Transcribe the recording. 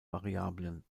variablen